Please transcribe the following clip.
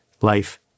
life